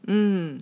mm